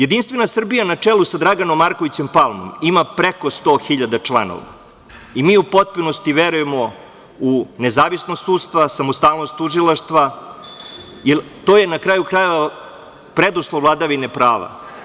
Jedinstvena Srbija na čelu sa Draganom Markovićem Palmom ima preko sto hiljada članova i mi u potpunosti verujemo u nezavisnost sudstva, u samostalnost tužilaštva, jer to je, na kraju krajeva, preduslov vladavine prava.